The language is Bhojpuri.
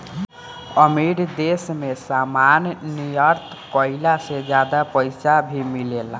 अमीर देश मे सामान निर्यात कईला से ज्यादा पईसा भी मिलेला